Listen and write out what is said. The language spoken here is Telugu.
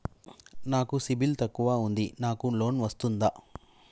నాకు సిబిల్ తక్కువ ఉంది నాకు లోన్ వస్తుందా?